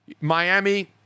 Miami –